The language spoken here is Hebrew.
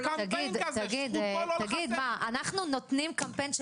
אנחנו נותנים קמפיין,